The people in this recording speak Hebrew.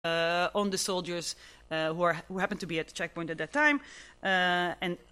על החיילים, שהם נמצאים במהלך במהלך